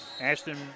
Ashton